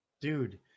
Dude